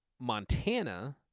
Montana